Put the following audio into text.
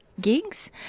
Gigs